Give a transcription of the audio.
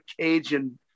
Cajun